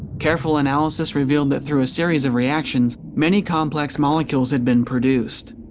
careful analysis revealed that through a series of reactions, many complex molecules had been produced.